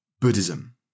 Buddhism